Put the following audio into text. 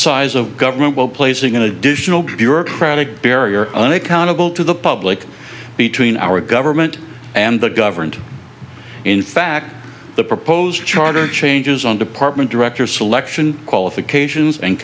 size of government while placing an additional bureaucratic barrier unaccountable to the public between our government and the government in fact the proposed charter changes on department director selection qualifications and